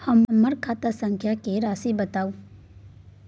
हमर खाता संख्या के राशि बताउ